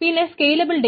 പിന്നെ സ്കെയിലബിൾ